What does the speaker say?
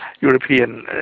European